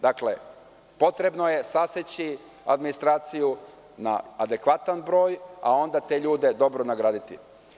Dakle, potrebno je saseći administraciju na adekvatan broj, a onda te ljude dobro nagraditi.